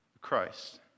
Christ